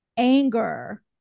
Anger